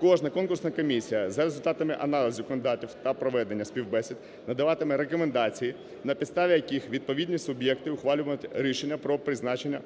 Кожна конкурсна комісія за результатами аналізу кандидатів та проведення співбесід надаватиме рекомендації, на підставі яких відповідні суб'єкти ухвалюватимуть рішення про призначення.